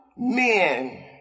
men